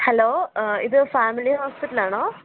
hello ഇത് family ഹോസ്പിറ്റലാണോ